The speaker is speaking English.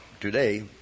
today